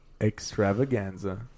extravaganza